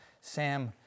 Sam